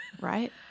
Right